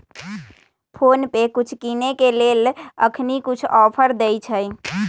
PhonePe कुछ किनेय के लेल अखनी कुछ ऑफर देँइ छइ